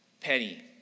penny